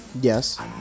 Yes